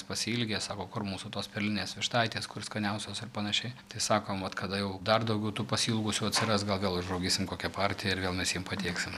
pasiilgę sako kur mūsų tos perlinės vištaitės kur skaniausios ir panašiai tai sakom vat kada jau dar daugiau tų pasiilgusių atsiras gal gal užauginsim kokią partiją ir vėl mes jiem pateiksim